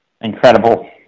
incredible